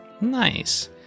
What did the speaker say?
nice